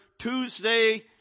Tuesday